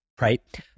Right